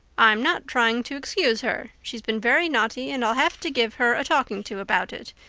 i'm not trying to excuse her. she's been very naughty and i'll have to give her a talking to about it.